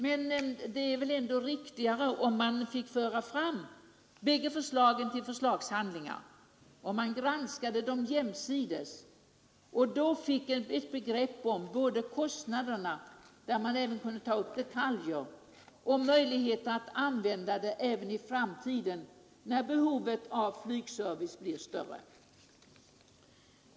Men det är väl ändå riktigare att båda förslagen får föras fram, att de granskas jämsides så att man får ett begrepp både om kostnaderna — där man även kan ta upp detaljer — och om möjligheterna att använda lösningen även i framtiden när behovet av flygservice blir större.